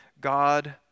God